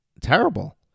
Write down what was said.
terrible